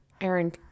aaron